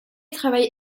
travaille